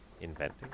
Inventing